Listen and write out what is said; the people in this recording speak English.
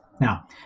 Now